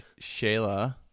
shayla